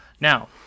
Now